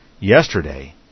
yesterday